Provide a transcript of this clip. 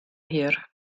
hir